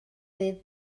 ddydd